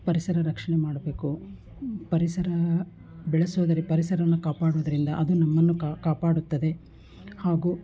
ಪರಿಸರ ರಕ್ಷಣೆ ಮಾಡಬೇಕು ಪರಿಸರ ಬೆಳೆಸೋದರ ಪರಿಸರವನ್ನು ಕಾಪಾಡುವುದರಿಂದ ಅದು ನಮ್ಮನ್ನು ಕಾಪಾಡುತ್ತದೆ ಹಾಗೂ